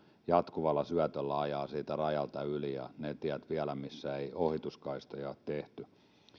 jatkuvalla syötöllä ajaa siitä rajalta yli ja vielä niillä teillä missä ei ohituskaistoja ole tehty